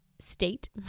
state